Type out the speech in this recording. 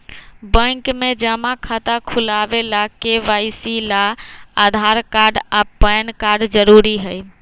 bank में जमा खाता खुलावे ला के.वाइ.सी ला आधार कार्ड आ पैन कार्ड जरूरी हई